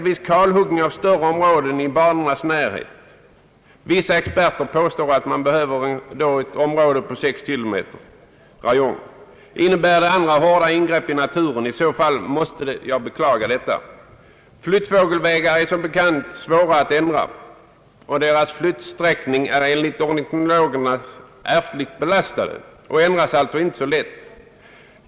Vissa experter påstår att man då behöver kalhugga en 6 km räjong kring banorna. Innebär det även andra hårda ingrepp i naturen? I så fall måste jag beklaga detta. Flyttfågelvägar är det som bekant svårt att ändra — enligt ornitologerna är flyttfåglarnas vägval ärftligt betingat och ändras följaktligen inte så lätt.